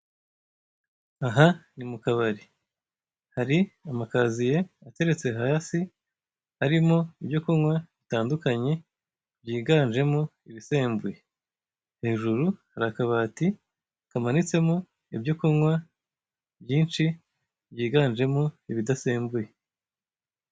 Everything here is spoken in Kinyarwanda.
Aha ni mu kabari. Hari amakaziye ateretse hasi, arimo ibyo kunywa bitandukanye, byiganjemo ibisembuye. Hejuru hari akabati kamanitsemo ibyo kunywa byinshi, byiganjemo ibidasembuye.